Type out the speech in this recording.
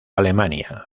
alemania